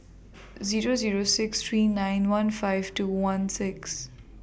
Zero Zero six three nine one five two one six